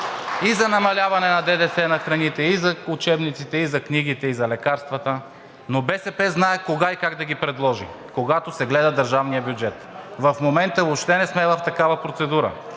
– за намаляване на ДДС и на храните, и на учебниците, и на книгите, и на лекарствата. Но БСП знае кога и как да ги предложи – когато се гледа държавният бюджет. В момента въобще не сме в такава процедура.